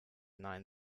nein